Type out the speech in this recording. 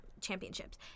championships